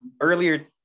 earlier